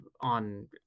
On